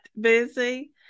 busy